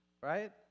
Right